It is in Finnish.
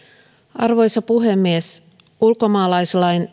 arvoisa puhemies ulkomaalaislain